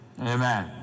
Amen